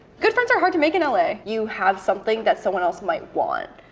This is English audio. good friends are hard to make in la. you have something that someone else might want,